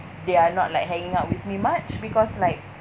they are not like hanging out with me much because like